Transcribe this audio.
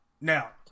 Now